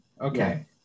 Okay